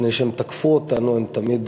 לפני שהם תקפו אותנו, הם תמיד